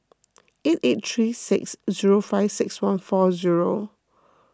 eight eight three six zero five six one four zero